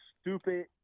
stupid